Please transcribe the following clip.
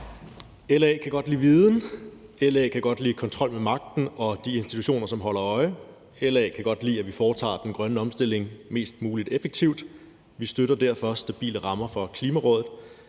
LA kan godt lide viden, LA kan godt lide kontrol med magten og kan godt lide de institutioner, som holder øje, og LA kan godt lide, at vi foretager den grønne omstilling så effektivt som muligt. Vi støtter derfor stabile rammer for Klimarådet.